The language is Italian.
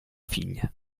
figlia